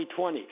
2020